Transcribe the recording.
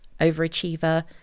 overachiever